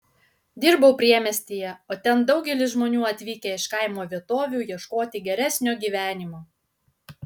dirbau priemiestyje o ten daugelis žmonių atvykę iš kaimo vietovių ieškoti geresnio gyvenimo